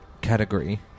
category